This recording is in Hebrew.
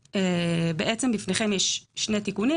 בעצם בפניכם יש שני תיקונים.